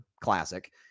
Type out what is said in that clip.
classic